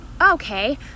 okay